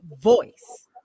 voice